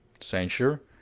Censure